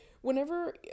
whenever